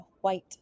white